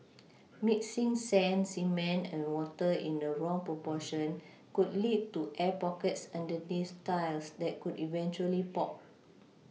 mixing sand cement and water in the wrong proportion could lead to air pockets underneath tiles that could eventually pop